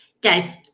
guys